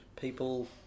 people